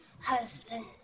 husband